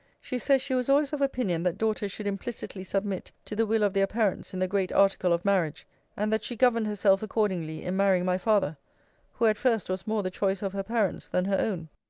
she says, she was always of opinion that daughters should implicitly submit to the will of their parents in the great article of marriage and that she governed herself accordingly in marrying my father who at first was more the choice of her parents than her own.